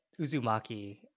Uzumaki